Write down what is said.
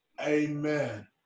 Amen